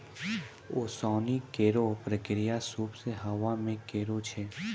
ओसौनी केरो प्रक्रिया सूप सें हवा मे करै छै